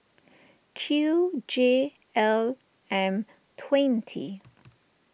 Q J L M twenty